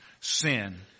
sin